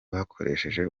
bakoresheje